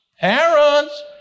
parents